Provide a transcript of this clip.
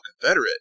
Confederate